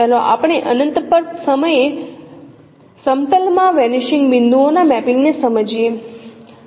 ચાલો આપણે અનંત સમયે સમતલ માં વેનિશિંગ બિંદુઓના મેપિંગને સમજીએ